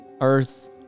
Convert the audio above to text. Earth